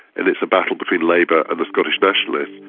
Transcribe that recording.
and it's a battle between labour and the scottish nationalists.